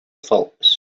faults